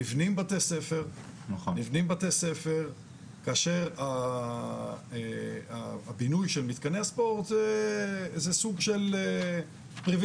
נבנים בתי-ספר כאשר הבינוי של מתקני הספורט זה סוג של פריבילגיה.